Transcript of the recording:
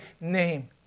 name